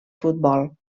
futbol